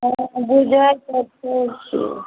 हँ बुझै तऽ सब छी